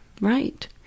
right